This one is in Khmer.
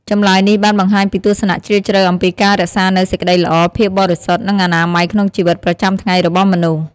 ចម្លើយនេះបានបង្ហាញពីទស្សនៈជ្រាលជ្រៅអំពីការរក្សានូវសេចក្តីល្អ ភាពបរិសុទ្ធ និងអនាម័យក្នុងជីវិតប្រចាំថ្ងៃរបស់មនុស្ស។